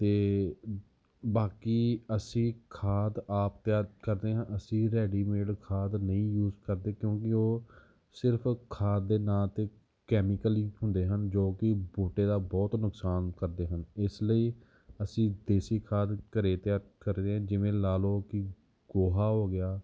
ਅਤੇ ਬਾਕੀ ਅਸੀਂ ਖਾਦ ਆਪ ਤਿਆਰ ਕਰਦੇ ਹਾਂ ਅਸੀਂ ਰੈਡੀਮੇਡ ਖਾਦ ਨਹੀਂ ਯੂਜ਼ ਕਰਦੇ ਕਿਉਂਕਿ ਉਹ ਸਿਰਫ ਖਾਦ ਦੇ ਨਾਂ 'ਤੇ ਕੈਮੀਕਲ ਹੀ ਹੁੰਦੇ ਹਨ ਜੋ ਕਿ ਬੂਟੇ ਦਾ ਬਹੁਤ ਨੁਕਸਾਨ ਕਰਦੇ ਹਨ ਇਸ ਲਈ ਅਸੀਂ ਦੇਸੀ ਖਾਦ ਘਰ ਤਿਆਰ ਕਰਦੇ ਆ ਜਿਵੇਂ ਲਾ ਲਓ ਕਿ ਗੋਹਾ ਹੋ ਗਿਆ